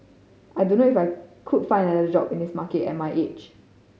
I don't know if I could find another job in this market at my age